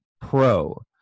Pro